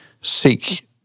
seek